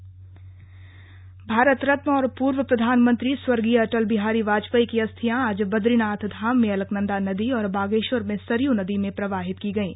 अस्थि कलश भारत रत्न और पूर्व प्रधानमंत्री स्वर्गीय अटल बिहारी वाजपेयी की अस्थियां आज बदरीनाथ धाम में अलकनंदा नदी और बागेश्वर में सरयू नदी में प्रवाहित की गईं